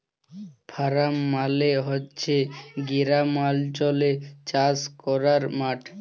farm মালে হছে গেরামালচলে চাষ ক্যরার মাঠ